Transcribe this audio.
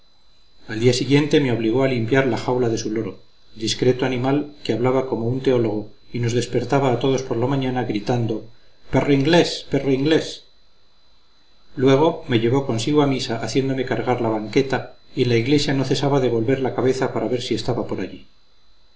al día siguiente me obligó a limpiar la discreto animal que hablaba como un teólogo y nos despertaba a todos por la mañana gritando perro inglés perro inglés luego me llevó consigo a misa haciéndome cargar la banqueta y en la iglesia no cesaba de volver la cabeza para ver si estaba por allí